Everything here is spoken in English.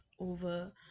over